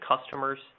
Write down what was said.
customers